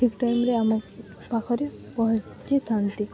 ଠିକ୍ ଟାଇମରେ ଆମ ପାଖରେ ପହଞ୍ଚିଥାନ୍ତି